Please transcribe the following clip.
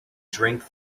drink